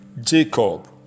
Jacob